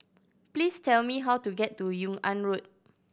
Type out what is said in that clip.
please tell me how to get to Yung An Road